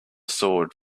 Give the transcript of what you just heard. sword